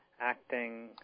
acting